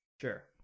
Sure